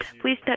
please